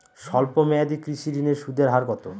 স্বল্প মেয়াদী কৃষি ঋণের সুদের হার কত?